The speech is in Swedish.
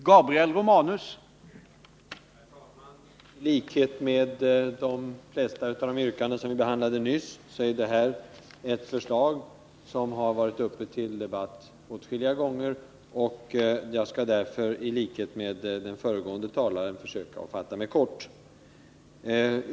Herr talman! I likhet med de flesta av de yrkanden som vi behandlade nyss gäller detta ett förslag som har varit uppe till debatt åtskilliga gånger. Jag skall därför, liksom den föregående talaren, försöka fatta mig kort.